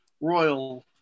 royal